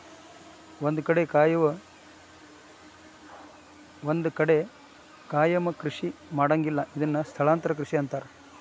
ಒಂದ ಕಡೆ ಕಾಯಮ ಕೃಷಿ ಮಾಡಂಗಿಲ್ಲಾ ಇದನ್ನ ಸ್ಥಳಾಂತರ ಕೃಷಿ ಅಂತಾರ